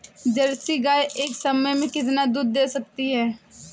Jersey गाय एक समय में कितना दूध दे सकती है?